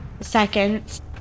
seconds